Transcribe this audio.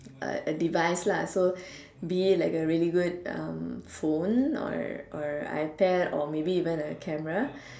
a a device lah so be it like a really good phone or or Ipad or maybe even a camera